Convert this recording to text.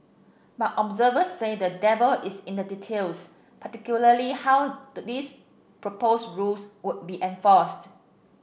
but observers say the devil is in the details particularly how the these proposed rules would be enforced